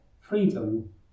freedom